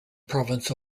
province